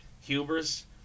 Hubris